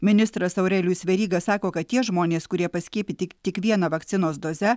ministras aurelijus veryga sako kad tie žmonės kurie paskiepyti tik viena vakcinos doze